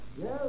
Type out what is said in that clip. Yes